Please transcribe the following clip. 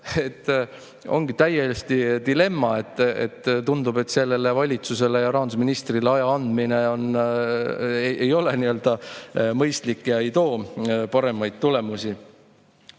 ongi täiesti dilemma: tundub, et sellele valitsusele ja rahandusministrile aja andmine ei ole mõistlik ega too paremaid tulemusi.